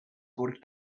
code